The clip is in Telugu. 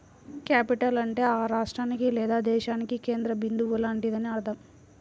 క్యాపిటల్ అంటే ఆ రాష్ట్రానికి లేదా దేశానికి కేంద్ర బిందువు లాంటిదని అర్థం